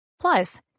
Plus